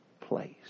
place